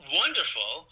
wonderful